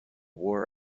war